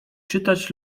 czytać